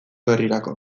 berrirako